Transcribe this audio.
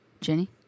Jenny